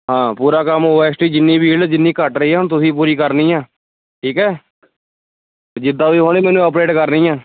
ਹਾਂ ਪੂਰਾ ਕੰਮ ਓ ਐੱਸ ਟੀ ਜਿੰਨੀ ਵੀ ਹੈ ਨਾ ਜਿੰਨੀ ਘੱਟ ਰਹੀ ਹੈ ਹੁਣ ਤੁਸੀਂ ਪੂਰੀ ਕਰਨੀ ਹੈ ਠੀਕ ਹੈ ਜਿੱਦਾਂ ਵੀ ਹੋਣੇ ਮੈਨੂੰ ਅੱਪਡੇਟ ਕਰਨੀ ਹੈ